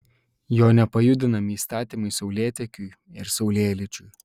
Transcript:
jo nepajudinami įstatymai saulėtekiui ir saulėlydžiui